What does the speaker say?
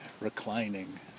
reclining